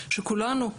שכולנו,